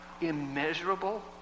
immeasurable